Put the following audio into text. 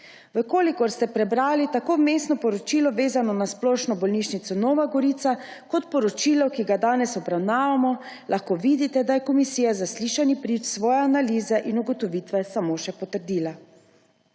Če ste prebrali tako vmesno poročilo, vezano na splošno bolnišnico Nova Gorica, kot poročilo, ki ga danes obravnavamo, lahko vidite, da je komisija z zaslišanji prič svoje analize in ugotovitve samo še potrdila.